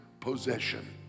possession